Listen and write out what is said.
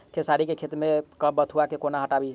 खेसारी केँ खेत सऽ बथुआ केँ कोना हटाबी